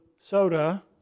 soda